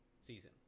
season